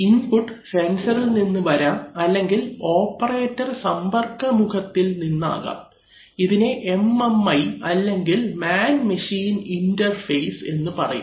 input സെൻസറിൽ നിന്ന് വരാം അല്ലെങ്കിൽ ഓപ്പറേറ്റർ സമ്പർക്കമുഖത്തിൽ നിന്നാകാം ഇതിനെ MMI അല്ലെങ്കിൽ മാൻ മെഷീൻ ഇൻറർഫേസ് എന്ന് പറയും